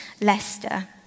Leicester